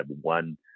one